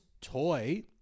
toy